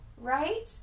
right